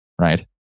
Right